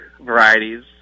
varieties